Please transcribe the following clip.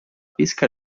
pesca